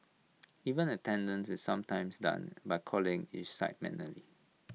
even attendance is sometimes done by calling each site manually